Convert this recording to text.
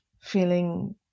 feeling